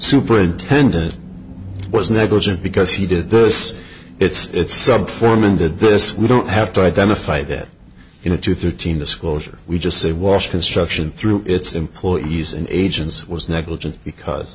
superintendent was negligent because he did this it's subform and did this we don't have to identify that you know two thirteen disclosure we just said walsh construction through its employees and agents was negligent because